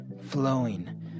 flowing